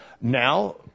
Now